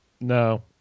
No